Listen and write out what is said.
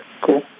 cool